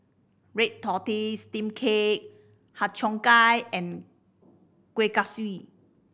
red tortoise steam cake Har Cheong Gai and Kueh Kaswi